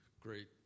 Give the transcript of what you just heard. Great